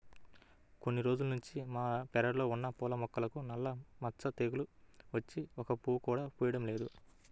కొన్ని రోజుల్నుంచి మా పెరడ్లో ఉన్న పూల మొక్కలకు నల్ల మచ్చ తెగులు వచ్చి ఒక్క పువ్వు కూడా పుయ్యడం లేదు